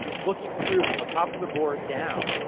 looking through, from the top of the board down,